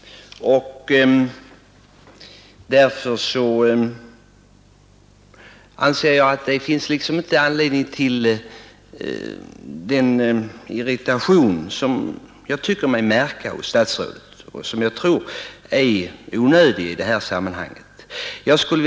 Därför anser jag att det egentligen inte finns anledning till den irritation som jag tyckte mig märka hos statsrådet och som jag tror är onödig i detta sammanhang.